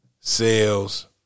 sales